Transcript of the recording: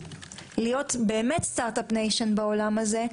להיות באמת סטרט אפ ניישן בעולם הזה,